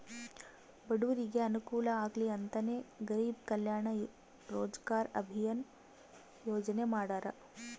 ಬಡೂರಿಗೆ ಅನುಕೂಲ ಆಗ್ಲಿ ಅಂತನೇ ಗರೀಬ್ ಕಲ್ಯಾಣ್ ರೋಜಗಾರ್ ಅಭಿಯನ್ ಯೋಜನೆ ಮಾಡಾರ